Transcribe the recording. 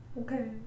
Okay